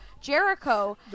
Jericho